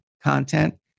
content